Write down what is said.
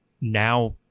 now